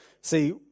See